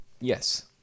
Yes